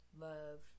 love